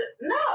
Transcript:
no